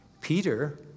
Peter